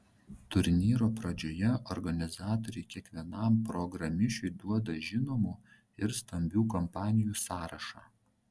turnyro pradžioje organizatoriai kiekvienam programišiui duoda žinomų ir stambių kompanijų sąrašą